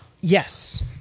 yes